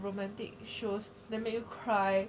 romantic shows that made you cry